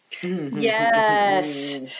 Yes